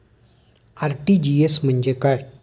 RTGS म्हणजे काय?